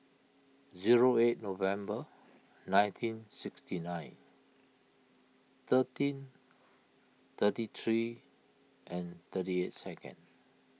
zero eight November nineteen sixty nine thirteen thirty three thirty eight second